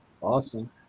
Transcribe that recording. Awesome